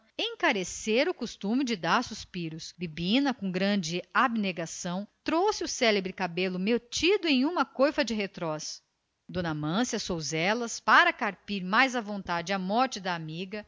encarecera o costume de dar suspiros bibina com grande abnegação ocultara o cabelo numa coifa de retrós d amância sousellas para carpir mais à vontade a perda da amiga